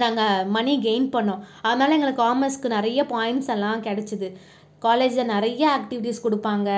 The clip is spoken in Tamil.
நாங்க மனி கெயின் பண்ணிணோம் அதனால் எங்களுக்கு காமர்ஸுக்கு நிறைய பாயிண்ட்ஸெலாம் கிடைச்சுது காலேஜில் நிறைய ஆக்டிவிட்டீஸ் கொடுப்பாங்க